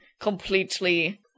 completely